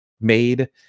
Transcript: made